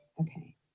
Okay